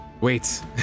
Wait